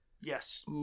yes